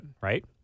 right